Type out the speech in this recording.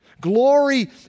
Glory